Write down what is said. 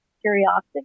curiosity